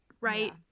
right